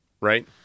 right